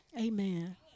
Amen